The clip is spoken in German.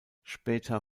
später